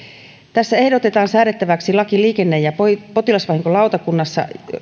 tässä ehdotetaan säädettäväksi laki liikenne ja potilasvahinkolautakunnasta